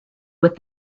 with